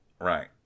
Right